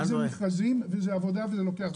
זה מחייב מכרזים וזה לוקח זמן.